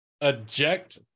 eject